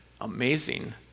amazing